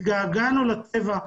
התגעגענו לטבע.